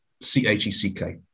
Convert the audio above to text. C-H-E-C-K